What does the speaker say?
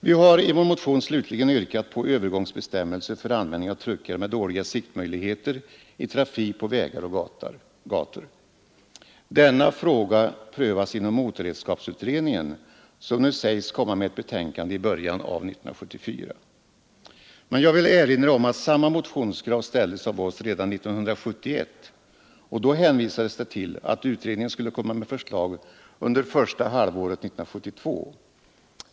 Vi har i vår motion slutligen yrkat på övergångsbestämmelser för användning av truckar med dåliga siktmöjligheter i trafik på vägar och gator. Denna fråga prövas inom motorredskapsutredningen som nu sägs komma med ett betänkande i början av 1974. Men jag vill erinra om att samma motionskrav ställdes av oss redan 1971, och då hänvisades det till att utredningen skulle komma med förslag under första halvåret 1972.